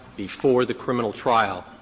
before the criminal trial,